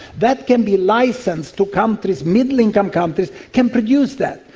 that can be licensed to countries, middle income countries can produce that,